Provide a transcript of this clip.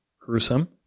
gruesome